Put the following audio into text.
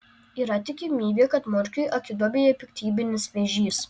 yra tikimybė kad murkiui akiduobėje piktybinis vėžys